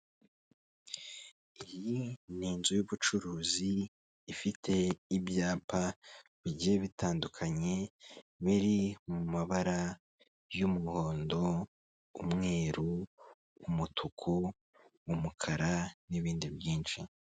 Iyi ni inzu y'ubucuruzi ifite ibyapa bigiye bitandukanye biri mu mabara y'umuhondo, umweru, umutuku, umukara n'ibindi byinshi.